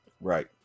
Right